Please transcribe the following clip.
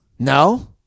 No